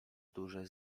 duże